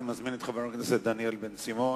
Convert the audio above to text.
אני מזמין את חבר הכנסת דניאל בן-סימון,